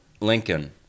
Lincoln